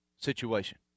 situation